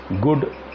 good